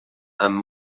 amb